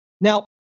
Now